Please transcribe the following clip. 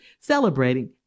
celebrating